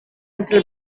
entre